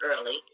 early